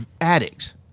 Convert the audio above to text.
addicts